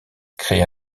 crée